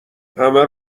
همه